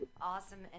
awesome